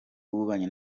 w’ububanyi